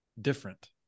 different